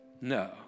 No